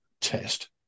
test